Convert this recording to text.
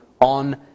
on